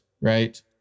right